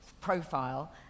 profile